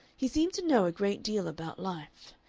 he seemed to know a great deal about life.